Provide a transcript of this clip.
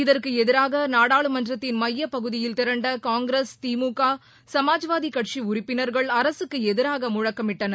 இதற்குஎதிராகநாடாளுமன்றத்தின் மையப்பகுதியில் திரண்டகாங்கிரஸ் திமுக சமாஜ்வாதிகட்சிஉறுப்பினர்கள் அரசுக்குஎதிராகமுழக்கமிட்டனர்